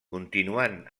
continuant